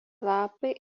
lapai